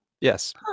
Yes